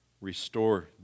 restore